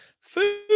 food